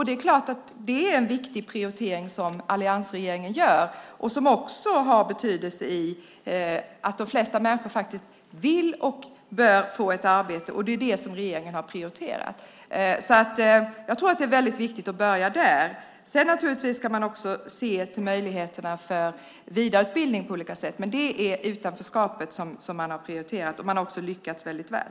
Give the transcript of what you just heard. Det är klart att det är en viktig och betydande prioritering som alliansregeringen gör. De flesta människor vill och bör få ett arbete. Det är det som regeringen har prioriterat. Jag tror att det är väldigt viktigt att börja där. Sedan ska man naturligtvis också se till möjligheterna till vidareutbildning på olika sätt. Men det är utanförskapet som man har prioriterat. Man har också lyckats väldigt väl.